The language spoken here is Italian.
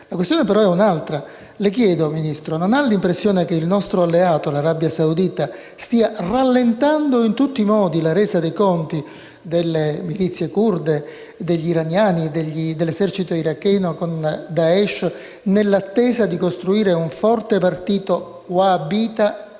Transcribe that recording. la questione è un'altra. Signor Ministro, non ha l'impressione che il nostro alleato, l'Arabia Saudita, stia rallentando in tutti i modi la resa dei conti delle milizie curde, degli iraniani e dell'esercito iracheno con Daesh, nell'attesa di costruire un forte partito wahabita